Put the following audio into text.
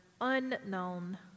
unknown